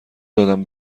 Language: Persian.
دادم